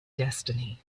destiny